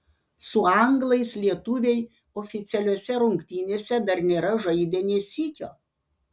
su anglais lietuviai oficialiose rungtynėse dar nėra žaidę nė sykio